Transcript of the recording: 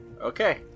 Okay